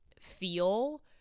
feel